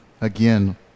again